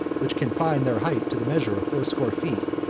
which confined their height to the measure of fourscore feet,